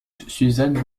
suzanne